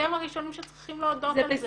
אתם הראשונות שצריכים להודות על זה.